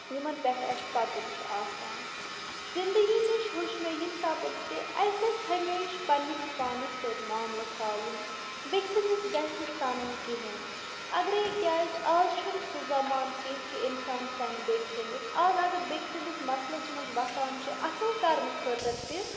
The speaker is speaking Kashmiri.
یِمَن پٮ۪ٹھ اَسہِ پَکُن چھُ آسان زِندگی نِش ہیوٚچھ مےٚ یہِ سبق زِ اَسہِ گَژھِ ہمیشہِ پنٛنِس پانَس سۭتۍ معاملہٕ تھاوُن بیٚکہِ سٕنٛدِس گَژھِ نہٕ سَنُن کِہیٖنۍ اَگرَے کیٛازِ آز چھُنہٕ سُہ زَمانہٕ کیٚنٛہہ کہِ اِنسان سَنہِ بیٚکہِ سٕنٛدِس آز اگر بیٚکہِ سٕنٛدِس مَسلَس منٛز وَسان چھِ اَصٕل کَرنہٕ خٲطرٕ تہِ